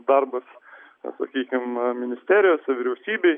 darbas sakykim ministerijose vyriausybej